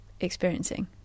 experiencing